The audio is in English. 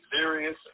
serious